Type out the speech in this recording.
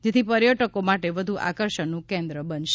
જેથી પર્યટકો માટે વધુ આકર્ષણનું કેન્દ્ર બનશે